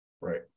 Right